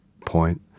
point